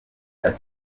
ati